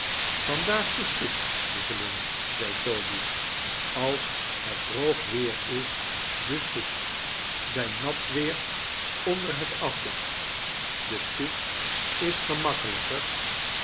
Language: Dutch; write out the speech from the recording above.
vandaag de stoep lieveling zei toby als het droog weer is de stoep bij nat weer onder het afdak dp stoep is gemakkelijker